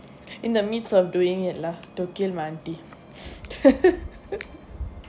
in the midst of doing it lah to kill my aunty